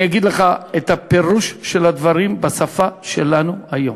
אני אגיד לך את הפירוש של הדברים בשפה שלנו היום: